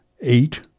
eight